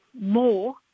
more